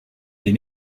des